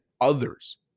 others